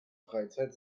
freizeit